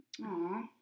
Aww